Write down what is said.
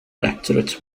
electorates